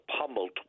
pummeled